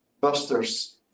busters